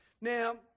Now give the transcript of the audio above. now